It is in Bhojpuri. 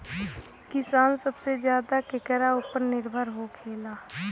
किसान सबसे ज्यादा केकरा ऊपर निर्भर होखेला?